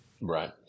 right